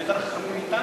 הם יותר חכמים מאתנו?